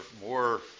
more